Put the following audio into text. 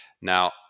Now